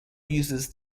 uses